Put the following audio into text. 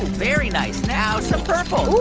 very nice. now some purple